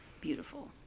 beautiful